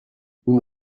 nous